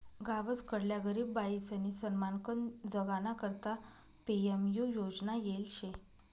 गावसकडल्या गरीब बायीसनी सन्मानकन जगाना करता पी.एम.यु योजना येल शे